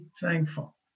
thankful